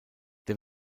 der